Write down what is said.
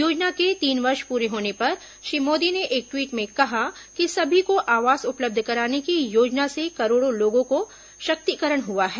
योजना के तीन वर्ष पूरे होने पर श्री मोदी ने एक ट्वीट में कहा कि सभी को आवास उपलब्ध कराने की योजना से करोडो लोगो का सशक्तिकरण है